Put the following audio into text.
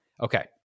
Okay